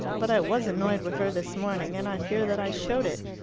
but i was annoyed with her this morning, and i fear that i showed it.